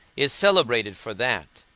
is celebrated for that,